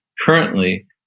Currently